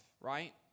right